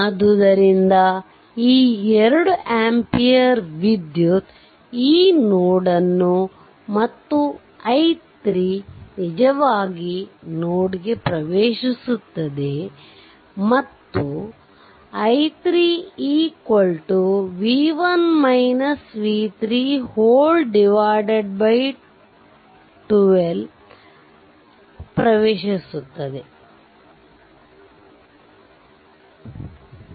ಆದ್ದರಿಂದ ಈ 2 ಆಂಪಿಯರ್ ವಿದ್ಯುತ್ ಈ ನೋಡ್ ಅನ್ನು ಮತ್ತು i3 ನಿಜವಾಗಿ ನೋಡ್ಗೆ ಪ್ರವೇಶಿಸುತ್ತದೆ ಮತ್ತು i3 12 ಪ್ರವೇಶಿಸುತ್ತಿವೆ